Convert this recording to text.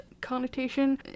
connotation